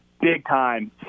big-time